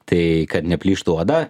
tai kad neplyštų oda